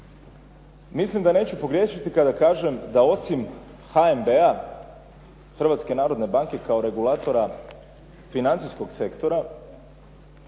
Mislim da neću pogriješiti kada kažem da osim HNB-a, Hrvatske narodne banke kao regulatora financijskog sektora